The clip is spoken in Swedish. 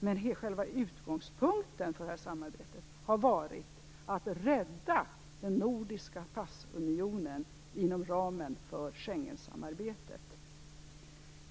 Men själva utgångspunkten för detta samarbete har varit att rädda den nordiska passunionen inom ramen för Schengensamarbetet.